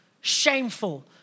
shameful